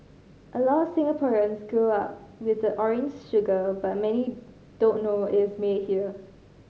a lot of Singaporeans grow up with the orange sugar but many don't know it is made here